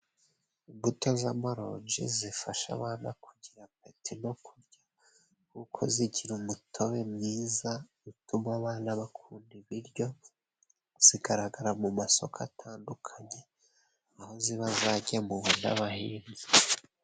Imbuto z'amaronje zifasha abana kugira apeti no kurya kuko zigira umutobe mwiza, utuma abana bakunda ibiryo. Zigaragara mu masoko atandukanye aho ziba zajanwe n'abahinzi.